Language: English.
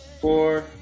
four